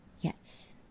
Yes